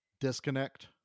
disconnect